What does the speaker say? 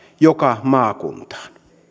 joka maakuntaan